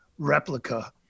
replica